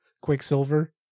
Quicksilver